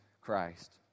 Christ